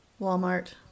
Walmart